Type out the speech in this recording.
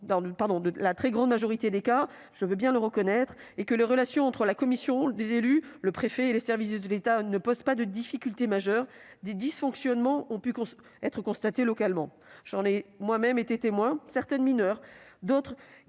dans la très grande majorité des cas- je veux bien le reconnaître -, et si les relations entre la commission d'élus, le préfet et les services de l'État ne posent pas de difficultés majeures, des dysfonctionnements ont pu être constatés localement. J'en ai moi-même été témoin. Certaines de ces difficultés